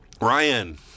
Ryan